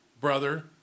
brother